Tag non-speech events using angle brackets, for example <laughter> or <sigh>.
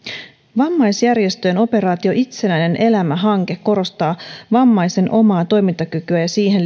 vammaisjärjestöjen operaatio itsenäinen elämä hanke korostaa vammaisen omaa toimintakykyä ja siihen <unintelligible>